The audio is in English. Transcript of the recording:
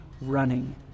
running